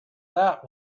that